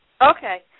Okay